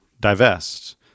divest